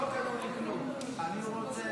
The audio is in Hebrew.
אדוני היושב-ראש, כנסת נכבדה, אני,